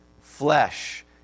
Flesh